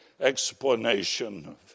explanation